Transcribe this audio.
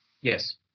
Yes